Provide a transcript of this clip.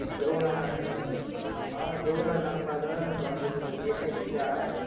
जेवण आहे चांगलं हा जेवण आहे चांगलं आता वांग्याची भाजी आहे शिरा आहे